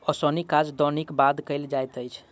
ओसौनीक काज दौनीक बाद कयल जाइत अछि